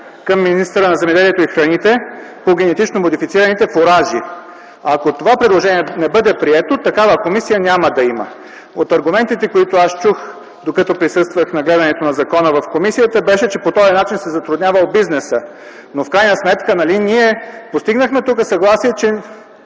към министъра на земеделието и храните по генетично модифицираните фуражи. Ако това предложение не бъде прието, такава комисия няма да има. Аргументите, които чух, докато присъствах на гледането на закона в комисията, бяха, че по този начин се затруднявал бизнеса, но в крайна сметка нали ние тук постигнахме съгласие, че